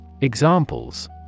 Examples